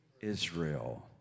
Israel